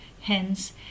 Hence